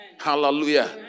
Hallelujah